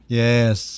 yes